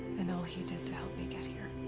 and all he did to help me get here.